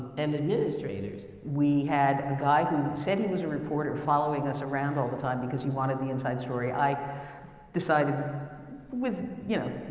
and administrators. we had a guy who said he reporter following us around all the time because he wanted the inside story. i decided with, you know,